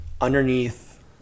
underneath